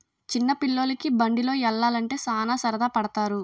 చిన్న పిల్లోలికి బండిలో యల్లాలంటే సాన సరదా పడతారు